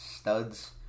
studs